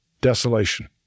desolation